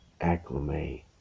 Acclimate